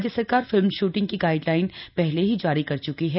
राज्य सरकार film shooting की गाइडलाइन पहले ही जारी कर च्की है